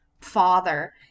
father